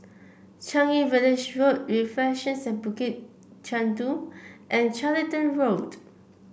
Changi Village Road Reflections at Bukit Chandu and Charlton Road